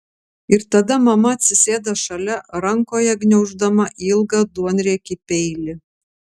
ir tada mama atsisėda šalia rankoje gniauždama ilgą duonriekį peilį